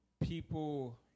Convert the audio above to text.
people